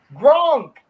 Gronk